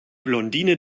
blondine